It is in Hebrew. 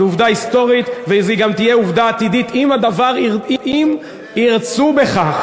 זו עובדה היסטורית והיא גם תהיה עובדה עתידית אם ירצו בכך,